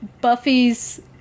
Buffy's